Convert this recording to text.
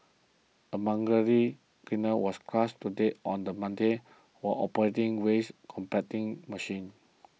a cleaner was crushed to death on the Monday while operating waste compacting machine